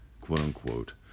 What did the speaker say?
quote-unquote